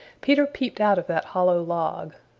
peter peeped out of that hollow log.